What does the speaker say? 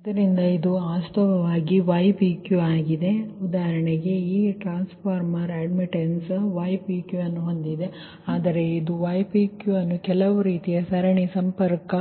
ಆದ್ದರಿಂದ ಇದು ವಾಸ್ತವವಾಗಿ ypq ಆಗಿದೆ ಉದಾಹರಣೆಗೆ ಈ ಟ್ರಾನ್ಸ್ಫಾರ್ಮರ್ ಅಡ್ಮಿಟ್ಟನ್ಸ್ ypqಅನ್ನು ಹೊಂದಿದೆ ಆದರೆ ಇದು ypqಅನ್ನು ಕೆಲವು ರೀತಿಯ ಸರಣಿ ಸಂಪರ್ಕ